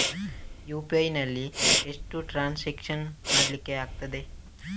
UPI ನಲ್ಲಿ ಎಷ್ಟು transaction ಮಾಡ್ಲಿಕ್ಕೆ ಆಗ್ತದೆ?